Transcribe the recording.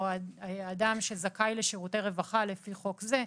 או "אדם שזכאי לשירותי רווחה לפי חוק זה",